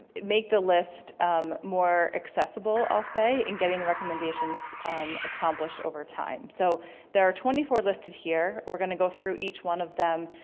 make the list more accessible i'll say in getting the recommendations accomplished over time. so there are twenty four listed here, we're gonna go through each one of them.